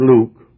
Luke